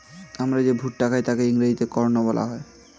আমরা যে ভুট্টা খাই তাকে ইংরেজিতে কর্ন বলা হয়